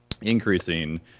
increasing